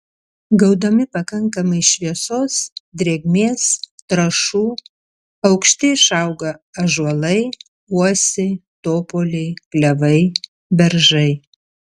gaudami pakankamai šviesos drėgmės trąšų aukšti išauga ąžuolai uosiai topoliai klevai beržai